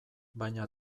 baina